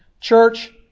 church